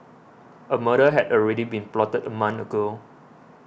a murder had already been plotted a month ago